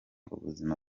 ubuzima